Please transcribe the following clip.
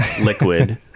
liquid